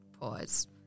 pause